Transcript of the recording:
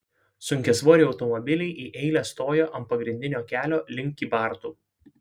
sunkiasvoriai automobiliai į eilę stojo ant pagrindinio kelio link kybartų